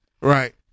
Right